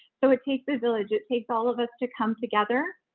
so it takes a village, it takes all of us to come together.